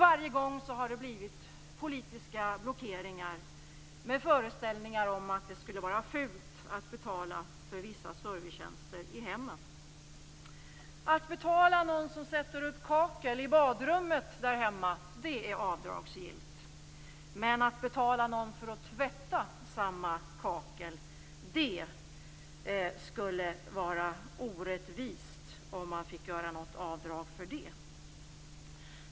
Varje gång har det blivit politiska blockeringar med föreställningar om att det skulle vara fult att betala för vissa servicetjänster i hemmen. Att betala någon som sätter upp kakel i badrummet där hemma är avdragsgillt. Men om man betalar någon för att tvätta samma kakel skulle det vara orättvist att få göra avdrag för det.